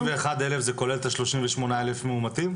ה-81,000 זה כולל את ה-38,000 מאומתים?